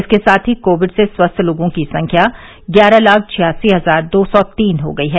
इसके साथ ही कोविड से स्वस्थ लोगों की संख्या ग्यारह लाख छियासी हजार दो सौ तीन हो गई है